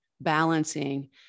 balancing